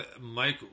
Mike